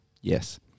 Yes